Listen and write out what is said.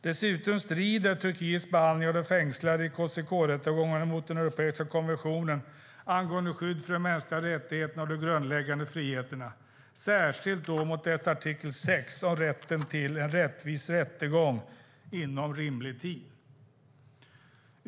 Dessutom strider Turkiets behandling av de fängslade i KCK-rättegångarna mot den europeiska konventionen angående skydd för de mänskliga rättigheterna och de grundläggande friheterna, särskilt mot dess artikel 6 om rätten till en rättvis rättegång inom rimlig tid.